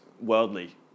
worldly